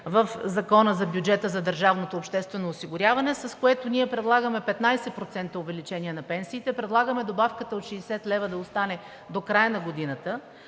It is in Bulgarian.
обществено осигуряване, с които ние предлагаме 15% увеличение на пенсиите, предлагаме добавката от 60 лв. да остане до края на годината.